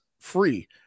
free